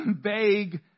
vague